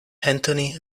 anthony